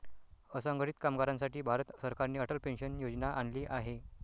असंघटित कामगारांसाठी भारत सरकारने अटल पेन्शन योजना आणली आहे